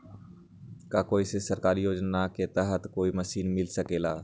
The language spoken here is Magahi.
का कोई सरकारी योजना के तहत कोई मशीन मिल सकेला?